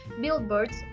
billboards